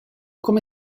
come